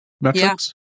metrics